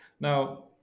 Now